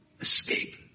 escape